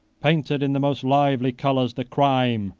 painted in the most lively colors the crime,